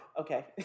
Okay